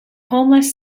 homeless